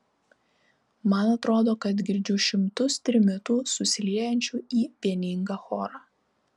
man atrodo kad girdžiu šimtus trimitų susiliejančių į vieningą chorą